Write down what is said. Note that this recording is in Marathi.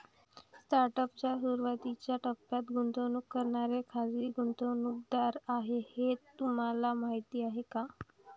स्टार्टअप च्या सुरुवातीच्या टप्प्यात गुंतवणूक करणारे खाजगी गुंतवणूकदार आहेत हे तुम्हाला माहीत आहे का?